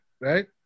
right